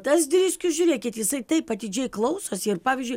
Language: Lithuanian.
tas driskius žiūrėkit jisai taip atidžiai klausosi ir pavyzdžiui